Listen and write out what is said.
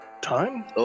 time